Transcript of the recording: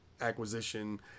acquisition